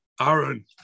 Aaron